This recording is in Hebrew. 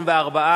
24,